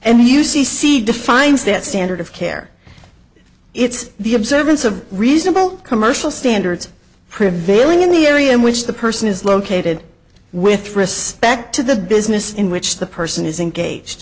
and you see see defines this standard of care it's the observance of reasonable commercial standards prevailing in the area in which the person is located with respect to the business in which the person is engaged